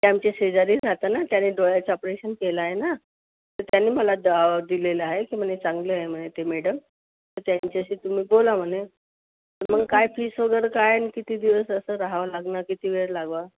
ते आमचे शेजारी राहतात ना त्याने डोळ्याचं ऑपरेशन केलं आहे ना तर त्यांनी मला दाव दिलेला आहे की म्हणे चांगले आहे म्हणे ते मॅडम त्यांच्याशी तुम्ही बोला म्हणे मग काय फीस वगैरे काय आणि किती दिवस असं राहावं लागणार किती वेळ लागवा